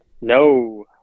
No